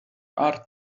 art